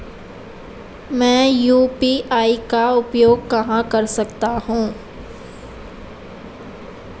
मैं यू.पी.आई का उपयोग कहां कर सकता हूं?